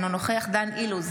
אינו נוכח דן אילוז,